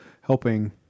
helping